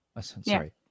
sorry